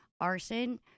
arson